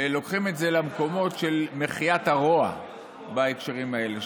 לוקחים את זה למקומות של מחיית הרוע בהקשרים האלה,